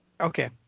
Okay